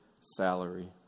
salary